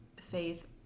faith